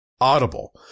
Audible